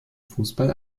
fußball